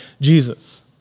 Jesus